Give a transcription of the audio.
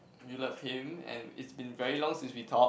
you love him and it's been very long since we talk